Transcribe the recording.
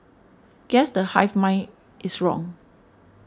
guess the hive mind is wrong